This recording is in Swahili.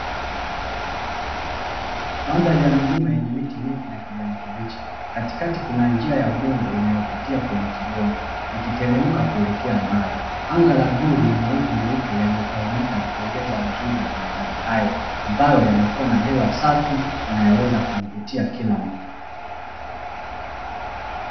Madhali ya milima na miti mingi ya kijani kibichi katikati kuna njia ya udongo inayo pitia kwenye kigongo ikiteremka kuelekea mbali, anga la bluu lina mawingu meupe inayo tawanyika likiongeza nzuri ya madhari hayo ambayo yanakuwa na hewa safi inayoweza kumvutia kila mtu.